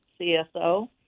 CSO